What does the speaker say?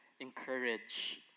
encourage